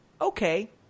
okay